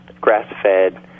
grass-fed